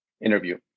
interview